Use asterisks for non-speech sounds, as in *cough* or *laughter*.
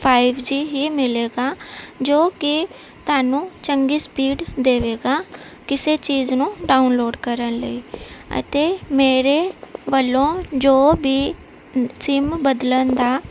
five G ਹੀ ਮਿਲੇਗਾ ਜੋ ਕਿ ਤੁਹਾਨੂੰ ਚੰਗੀ ਸਪੀਡ ਦੇਵੇਗਾ ਕਿਸੇ ਚੀਜ਼ ਨੂੰ ਡਾਊਨਲੋਡ ਕਰਨ ਲਈ ਅਤੇ ਮੇਰੇ ਵੱਲੋਂ ਜੋ ਵੀ *unintelligible* ਸਿਮ ਬਦਲਣ ਦਾ